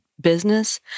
business